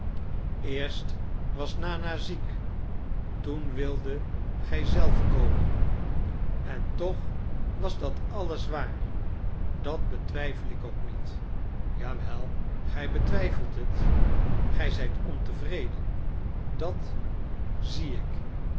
eerst was nana ziek toen wildet gij zelf komen en toch was dat alles waar dat betwijfel ik ook niet ja wel gij betwijfelt het gij zijt ontevreden dat zie ik